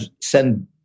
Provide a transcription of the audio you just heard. send